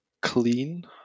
clean